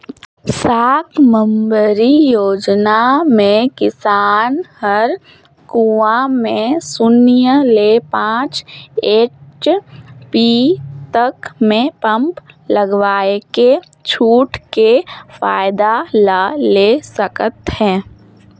साकम्बरी योजना मे किसान हर कुंवा में सून्य ले पाँच एच.पी तक के पम्प लगवायके छूट के फायदा ला ले सकत है